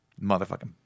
motherfucking